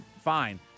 Fine